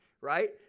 right